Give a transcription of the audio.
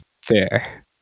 Fair